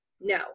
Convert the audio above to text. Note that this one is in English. No